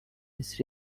his